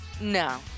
No